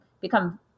become